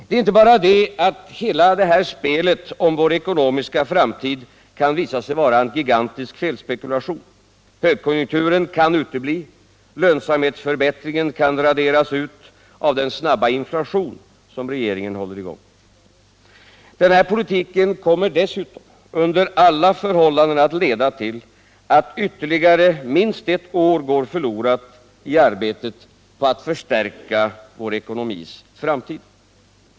Det är inte bara det att hela detta spel om vår ekonomiska framtid kan visa sig vara en gigantisk felspekulation — högkonjunkturen kan utebli och lönsamhetsförbättringen kan raderas ut av den snabba inflation som regeringen håller i gång. Den här politiken kommer under alla förhållanden att leda till att ytterligare minst ett år går förlorat i arbetet på att förstärka den svenska ekonomin.